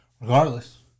Regardless